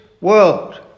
world